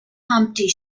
humpty